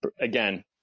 again